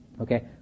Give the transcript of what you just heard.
Okay